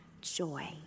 joy